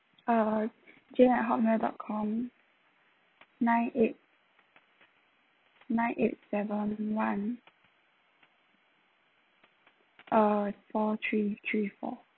uh jane at hotmail dot com nine eight nine eight seven one uh four three three four